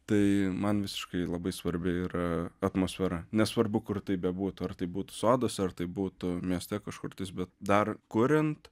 tai man visiškai labai svarbi yra atmosfera nesvarbu kur tai bebūtų ar tai būtų sodas ar tai būtų mieste kažkur tais bet dar kuriant